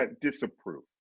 disapprove